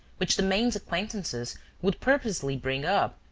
which the man's acquaintances would purposely bring up,